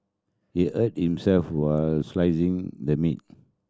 he hurt himself while slicing the meat